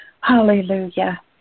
Hallelujah